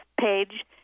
page